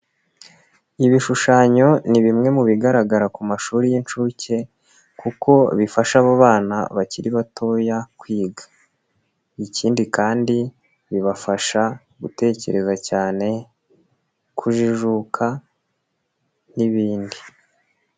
Ibishushanyo ni bimwe mu bigaragara ku mashuri y'inshuke kuko bifasha abo bana bakiri batoya kwiga. Ikindi kandi bibafasha gutekereza cyane kujijuka n'ibindi.